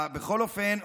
בכל אופן,